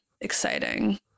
exciting